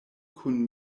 kun